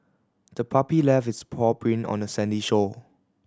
the puppy left its paw print on the sandy shore